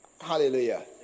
Hallelujah